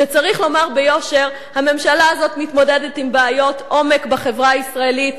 שצריך לומר ביושר: הממשלה הזאת מתמודדת עם בעיות עומק בחברה הישראלית,